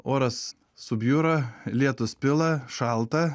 oras subjūra lietus pila šalta